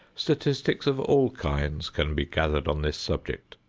statistics of all kinds can be gathered on this subject.